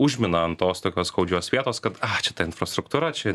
užmina ant tos tokios skaudžios vietos kad ai čia ta infrastruktūra čia